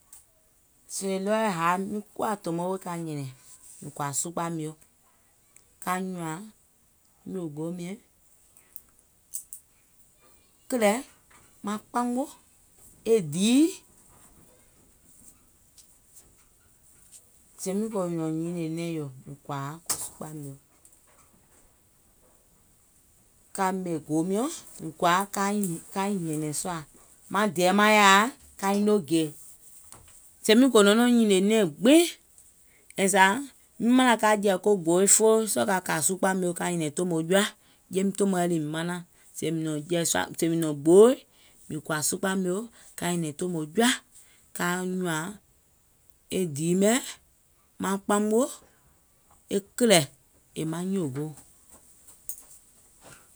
Sèè ɗɔɔɛ̀ haì miŋ kuwà tòmo wèè ka nyɛ̀nɛ̀ŋ, mìŋ kɔ̀à sukpà mio, ka nyùàŋ nyòògoò miɛ̀ŋ, kìlɛ̀, maŋ kpamò, e dii. Sèè miŋ gò nɔ̀ŋ nyìnìè nɛ̀ŋ yòò mìŋ kɔ̀àa ko sukpà mio, ka ɓèmè go miɔ̀ŋ, mìŋ kɔ̀àa kaiŋ hɛ̀nɛ̀ŋ sùà, maŋ dɛɛ màŋ yàa kaiŋ noo gè. Sèè miŋ go nɔ̀ŋ nyìnìè nɛ̀ŋ gbiŋ, and zà miŋ manàŋ ka jɛ̀ì ko gbooì foo sɔɔ̀ ka kà sukpà mio ka nyɛ̀nɛ̀ŋ tòmo jɔa, jeim tòmoɛ̀ liiìm manaŋ, sèè mìŋ nɔ̀ŋ jɛ̀i sùà sèè mìŋ nɔ̀ŋ gbooì, mìŋ kɔ̀à sukpà mio ka nyɛ̀nɛ̀ŋ tòmo jɔa, kaa nyùàŋ e dii mɛ̀, maŋ kpamò, e kilɛ̀, yèè maŋ nyòògoò.